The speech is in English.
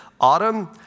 Autumn